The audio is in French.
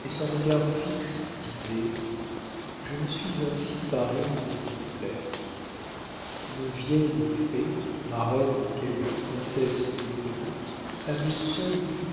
et son regard fixe disait je me suis ainsi parée pour vous plaire une vieille fée marraine de quelque princesse méconnue avait seule pu